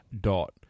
dot